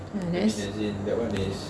ah that's